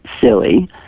silly